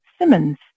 Simmons